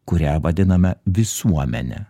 kurią vadiname visuomene